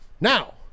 Now